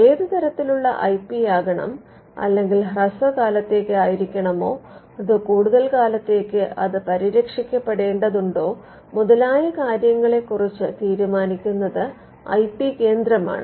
ഏത് തരത്തിലുള്ള ഐ പിയാകണം അല്ലെങ്കിൽ ഹ്രസ്വകാലത്തേക്ക് ആയിരിക്കേണമോ അതോ കൂടുതൽ കാലത്തേക്ക് അത് പരിരക്ഷിക്കപ്പെടേണ്ടതുണ്ടോ മുതലായ കാര്യങ്ങളെ കുറിച്ച് തീരുമാനിക്കുന്നത് ഐ പി കേന്ദ്രമാണ്